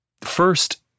First